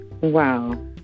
Wow